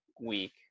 week